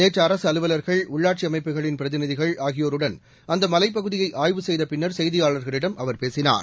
நேற்று அரசு அலுவர்கள் உள்ளாட்சி அமைப்புகளின் பிரதிநிதிகள் ஆகியோருடன் அந்த மலைப்பகுதியை ஆய்வு செய்த பின்னர் செய்தியாளர்களிடம் அவர் பேசினார்